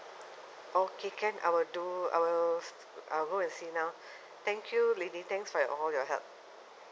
okay can I'll do I'll see I'll go and see now thank you lily thanks for the all your help